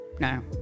no